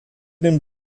den